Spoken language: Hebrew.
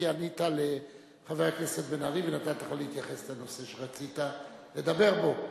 כי ענית לחבר הכנסת אריה אלדד ונתתי לך להתייחס לנושא שרצית לדבר בו.